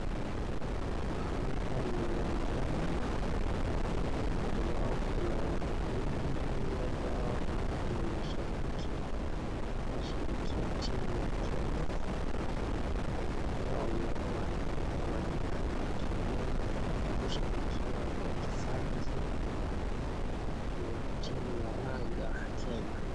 Hapa ni uwanjani ambao kuna watu wengi ambao ni mashabiki. Wanashabiki timu ya Kenya. Ni ka wameenda uwanjani wameenda kushabikia wachezaji wa timu ya raga Kenya.